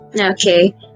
okay